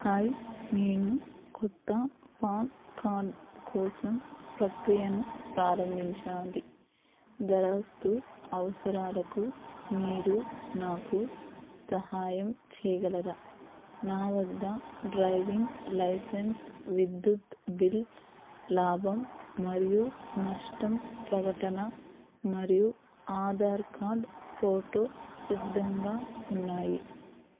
hi నేను కొత్త PAN card కోసం ప్రక్రియను ప్రారంభించాలి దరఖాస్తు అవసరాలకు మీరు నాకు సహాయం చేయగలరా నా వద్ద డ్రైవింగ్ లైసెన్స్ విద్యుత్ బిల్ లాభం మరియు నష్టం ప్రవటన మరియు ఆధార్ కార్ద్ ఫోటో సిద్ధంగా ఉన్నాయి